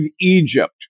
Egypt